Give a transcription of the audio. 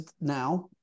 now